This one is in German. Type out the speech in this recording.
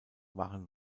waren